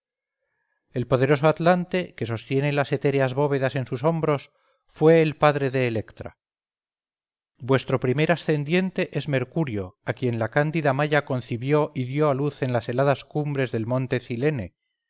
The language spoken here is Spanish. el poderoso atlante que sostiene las etéreas bóvedas en sus hombros fue el padre de electra vuestro primer ascendiente es mercurio a quien la cándida maya concibió y dio a luz en las heladas cumbres del monte cilene